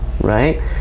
right